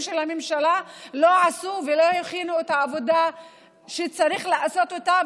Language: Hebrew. של הממשלה לא הכינו ולא עשו את העבודה שצריך לעשות אותה.